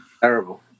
Terrible